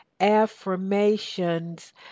affirmations